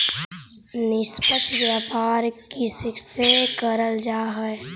निष्पक्ष व्यापार कइसे करल जा हई